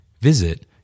Visit